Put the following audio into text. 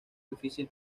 difícil